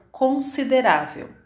considerável